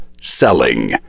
Selling